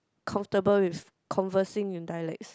countable with conversing in dialects